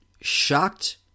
shocked